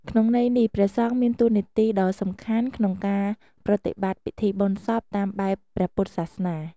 ក្នុងន័យនេះ ព្រះសង្ឃមានតួនាទីដ៏សំខាន់ក្នុងការប្រតិបត្តិពិធីបុណ្យសពតាមបែបព្រះពុទ្ធសាសនា។